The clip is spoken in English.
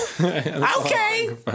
Okay